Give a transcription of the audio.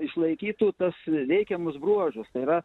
išlaikytų tas reikiamus bruožus tai yra